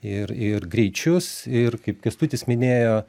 ir ir greičius ir kaip kęstutis minėjo